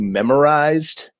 memorized